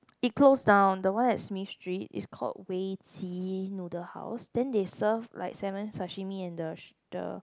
it closed down the one at Smith Street it's called Wei Qi Noodle House and they serve like salmon sashimi and the the